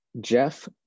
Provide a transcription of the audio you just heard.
Jeff